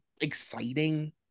exciting